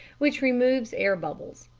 which removes air-bubbles.